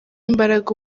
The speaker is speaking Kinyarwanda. imbaraga